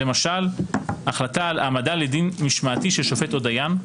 למשל החלטה על העמדה לדין משמעתי של שופט או דיין,